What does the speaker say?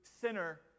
sinner